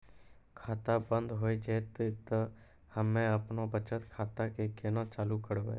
खाता बंद हो जैतै तऽ हम्मे आपनौ बचत खाता कऽ केना चालू करवै?